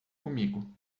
comigo